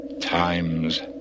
Times